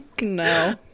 No